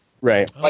Right